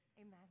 amen